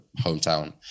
hometown